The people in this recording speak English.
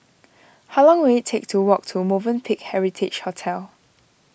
how long will it take to walk to Movenpick Heritage Hotel